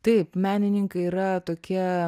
taip menininkai yra tokia